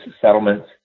settlements